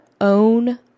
own